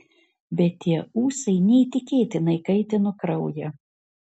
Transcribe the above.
bet tie ūsai neįtikėtinai kaitino kraują